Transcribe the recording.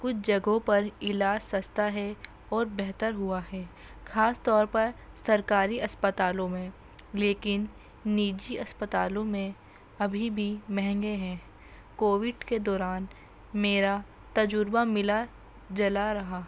کچھ جگہوں پر علاج سستا ہے اور بہتر ہوا ہے خاص طور پر سرکاری اسپتالوں میں لیکن نجی اسپتالوں میں ابھی بھی مہنگے ہیں کووڈ کے دوران میرا تجربہ ملا جلا رہا